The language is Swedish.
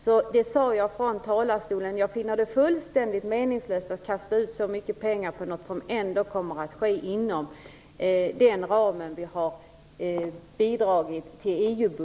Som jag sade från talarstolen finner jag det fullkomligt meningslöst att kasta ut så mycket pengar på något som ändå kommer att ske inom den ram vi har bidragit till EU